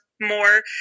more